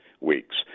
weeks